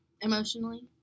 emotionally